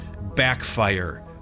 backfire